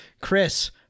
Chris